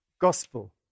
gospel